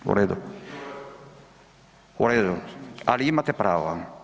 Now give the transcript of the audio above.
U redu, u redu, ali imate pravo.